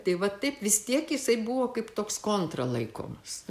tai va taip vis tiek jisai buvo kaip toks kontra laikomas